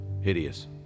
Hideous